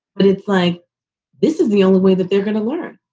but it's like this is the only way that they're going to learn.